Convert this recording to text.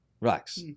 Relax